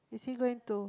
is he going to